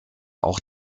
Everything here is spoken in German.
auch